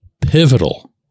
pivotal